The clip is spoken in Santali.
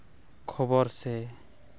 ᱠᱷᱚᱵᱚᱨ ᱥᱮ